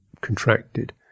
contracted